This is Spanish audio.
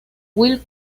will